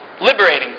liberating